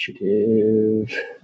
Initiative